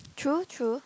true true